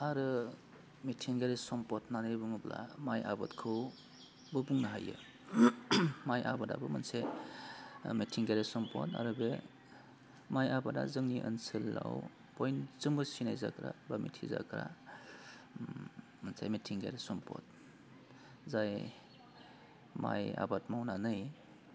आरो मिथिंगायारि सम्फद होन्नानै बुङोब्ला माइ आबादखौबो बुंनो हायो माइ आबादाबो मोनसे मिथिंगायारि सम्फद आरो बे माइ आबादा जोंनि ओनसोलाव बयजोंबो सिनायजाग्रा बा मिथिजाग्रा मोनसे मिथिंगायारि सम्फद जाय माइ आबाद मावनानै